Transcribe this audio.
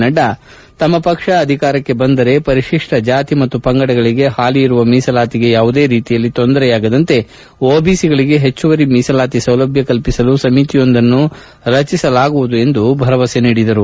ನಡ್ವಾತಮ್ಮ ಪಕ್ಷ ಅಧಿಕಾರಕ್ಕೆ ಬಂದರೆ ಪರಿಶಿಷ್ಟ ಜಾತಿ ಮತ್ತು ಪಂಗಡಗಳಿಗೆ ಹಾಲಿ ಇರುವ ಮೀಸಲಾತಿಗೆ ಯಾವುದೇ ರೀತಿಯಲ್ಲಿ ಕೊಂದರೆಯಾಗದಂತೆ ಓಬಿಸಿಗಳಿಗೆ ಹೆಚ್ಚುವರಿ ಮೀಸಲಾತಿ ಸೌಲಭ್ಯ ಕಲ್ಪಿಸಲು ಸಮಿತಿಯೊಂದನ್ನು ರಚಿಸಲಾಗುವುದೆಂದು ಭರವಸೆ ನೀಡಿದರು